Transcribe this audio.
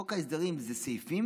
חוק ההסדרים זה סעיפים